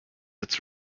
its